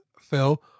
phil